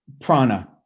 Prana